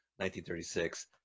1936